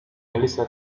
melissa